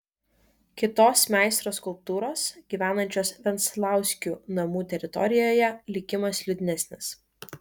kitos meistro skulptūros gyvenančios venclauskių namų teritorijoje likimas liūdnesnis